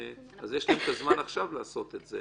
אז יש לי את הזמן עכשיו לעשות את זה.